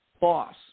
boss